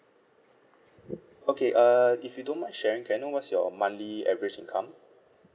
okay uh if you don't mind sharing can I know what's your monthly average income